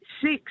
six